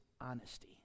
honesty